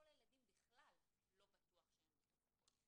כל הילדים בכלל לא בטוח שהם בתוך הפוליסה.